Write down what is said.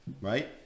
right